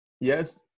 yes